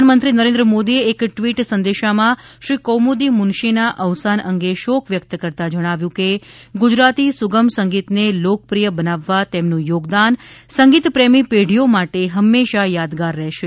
પ્રધાનમંત્રી નરેન્રઉ મોદીએ એક ટિવટ સંદેશામાં શ્રી કૌમુદી મુનશીના અવસાન અંગે શોક વ્યકત કરતા જણાવ્યુ કે ગુજરાતી સુગમ સંગીતને લોકપ્રિય બનાવવા તેમનુ યોગદાન સંગીતપ્રેમી પેઢીઓ માટે હંમેશા યાદગાર રહેશે